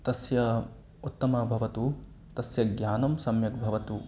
तस्य उत्तमं भवतु तस्य ज्ञानं सम्यक् भवतु